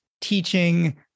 teaching